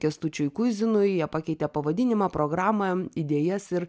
kęstučiui kuizinui jie pakeitė pavadinimą programą idėjas ir